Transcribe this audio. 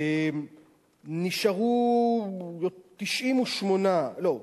נשארו 98, לא.